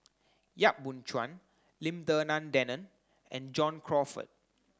Yap Boon Chuan Lim Denan Denon and John Crawfurd